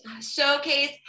showcase